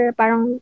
parang